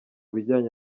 bijyanye